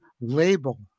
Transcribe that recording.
label